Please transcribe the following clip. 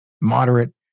moderate